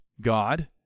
God